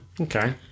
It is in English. okay